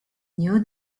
knew